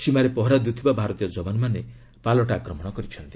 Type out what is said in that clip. ସୀମାରେ ପହରା ଦେଉଥିବା ଭାରତୀୟ ଯବାନମାନେ ପାଲଟା ଆକ୍ରମଣ କରିଛନ୍ତି